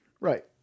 Right